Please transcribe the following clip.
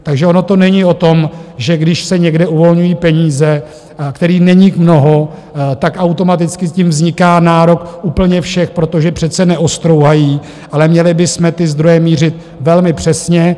Takže ono to není o tom, že když se někde uvolňují peníze, kterých není mnoho, tak automaticky tím vzniká nárok úplně všech, protože přece neostrouhají, ale měli bychom ty zdroje mířit velmi přesně.